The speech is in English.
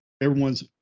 everyone's